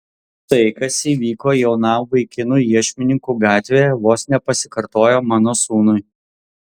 tai kas įvyko jaunam vaikinui iešmininkų gatvėje vos nepasikartojo mano sūnui